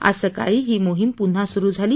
आज सकाळी ही मोहिम पुन्हा सुरू झाली